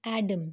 adam